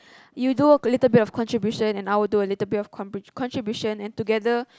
you do a little bit of contribution and I'll do a little bit of contribution and together